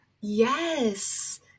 Yes